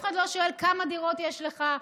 אף אחד לא שואל כמה דירות יש לך.